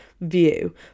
view